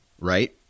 right